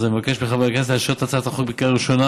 אז אני מבקש מחברי הכנסת לאשר את הצעת החוק בקריאה ראשונה